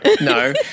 no